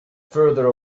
farther